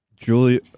Julie